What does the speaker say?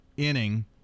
inning